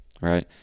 right